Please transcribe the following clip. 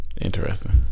Interesting